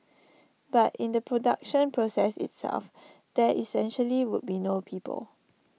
but in the production process itself there essentially would be no people